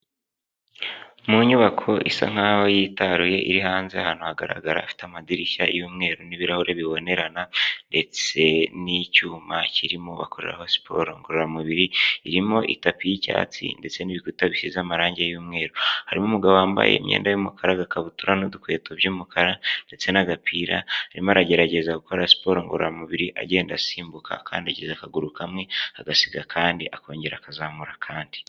Mu nyubako isa nk'aho yitaruye iri hanze ahantu hagaragara; ifite amadirishya y'umweru n'ibirahure bibonerana ndetse n'icyuma kirimo bakoreraho siporo ngororamubiri, irimo itapi y'icyatsi ndetse n'ibikuta bisize amarangi y'umweru, harimo umugabo wambaye imyenda y'umukara, agakabutura n'udukweto by'umukara, ndetse n'agapira arimo aragerageza gukora siporo ngororamubiri agenda asimbuka akandagiza akaguru kamwe agasiga akandi akongera akazamura akandi.